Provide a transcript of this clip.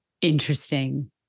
interesting